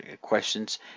questions